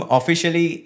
Officially